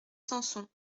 samson